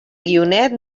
guionet